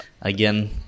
Again